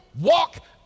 walk